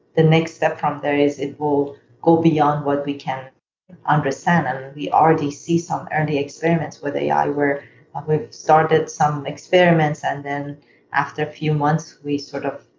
the next step from there is, it will go beyond what we can understand. and we already see some early experiments with ai where we've started some experiments and then after a few months we sort of,